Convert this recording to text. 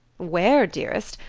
wear, dearest?